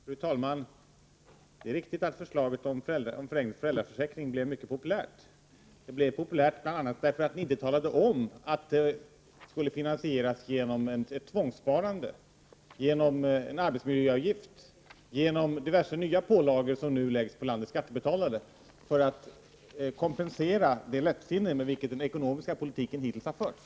Fru talman! Det är riktigt att förslaget om förlängd föräldraförsäkring blev mycket populärt. Det blev populärt bl.a. därför att ni inte talade om att det skulle finansieras genom tvångssparande, genom en arbetsmiljöavgift, genom diverse nya pålagor som nu läggs på landets skattebetalare för att kompensera det lättsinne med vilket den ekonomiska politiken hittills har förts.